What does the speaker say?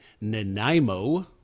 Nanaimo